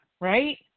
right